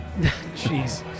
Jeez